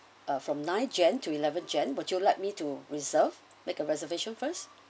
uh from nine jan to eleven jan would you like me to reserve make a reservation first